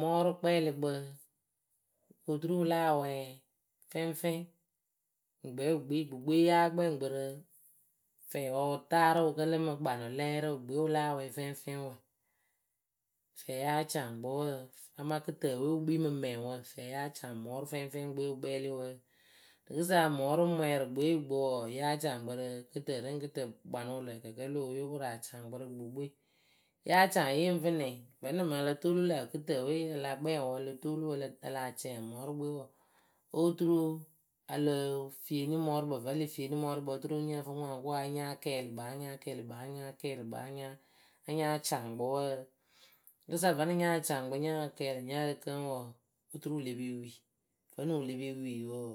mɔɔrʊkpɛɛlɨkpǝ kɨ oturu wɨ láa wɛɛ fɛŋfɛŋ. Ŋwɨŋkpɛ wɨ kpii gbɨ gbɨwe yáa kpɛŋ kpɨ rɨ fɛɛwǝ wɨ taarɨ wɨ kǝlɨ mɨ kpanɨlɛɛrɩʊ gbɨwe wɨ láa wɛɛ fɛŋfɛŋ wǝ. Fɛɛ yáa caŋ kpɨ wǝǝ, amaa kɨtǝǝwe wɨ kpii mɨ mɛŋwǝ. Fɛɛwǝ yáa caŋ mɔɔrʊfɛŋfɛŋkpɨwe wɨ kpɛɛlɩ wǝǝ. Rɨkɨsa mɔɔrʊmwɛɛrɨkpɨwe gbɨ wɔɔ yáa caŋ kpɨ rɨ kɨtǝǝ rɨ ŋ kɨtǝǝ, kpanʊ wɨ lǝǝ kǝ kǝlɨ oo yóo koru acaŋ kpɨ rɨ gbɨ kpɨwe. Yáa caŋ yɨ ŋ fɨ nɛ? Vǝ́nɨŋ mɨŋ o lo toolu lǝ̈ kɨtǝǝwe a la kpɛŋ wɨ o lo toolu a lah cɛ;ŋ mɔɔrʊkpɨwe wɔɔ, oturu a lǝǝ fieeni mɔɔrʊkpǝ vǝ́ le fieeni mɔɔrʊkpǝ oturu nyǝ fɨ ŋwaŋkʊʊ a nyáa kɛɛlɩ kpɨ a nyáa kɛɛlɩ kpɨ a nyáa kɛɛlɩ kpɨ a nyáa nya nyáa caŋ kpɨ wǝǝ Rɨkɨsa vǝ́nɨŋ nya caŋ kpɨ nya kɛɛlɩ nyǝ kǝŋ wɔɔ, oturu wɨ le pe wi. Vǝ́nɨŋ wɨ le pe wi wɔɔ,